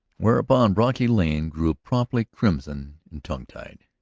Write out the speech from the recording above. whereupon brocky lane grew promptly crimson and tongue-tied.